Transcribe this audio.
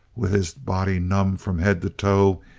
with his body numb from head to toe,